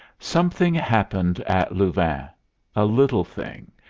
something happened at louvain a little thing,